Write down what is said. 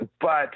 But-